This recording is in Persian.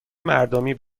مردمی